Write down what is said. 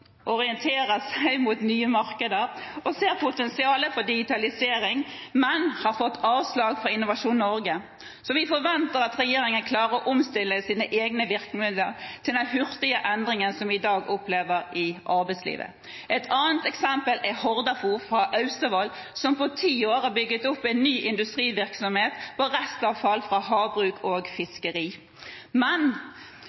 ser potensialet for digitalisering, men som har fått avslag fra Innovasjon Norge. Så vi forventer at regjeringen klarer å omstille sine egne virkemidler til den hurtige endringen som vi i dag opplever i arbeidslivet. Et annet eksempel er Hordafor i Austevoll, som på ti år har bygget opp en ny industrivirksomhet på restavfall fra havbruk og